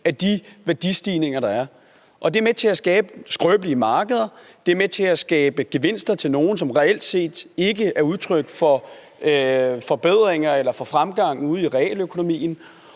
af de værdistigninger, der er. Det er med til at skabe skrøbelige markeder, og det er med til at skabe gevinster, som reelt set ikke er udtryk for forbedringer eller fremgang i realøkonomien,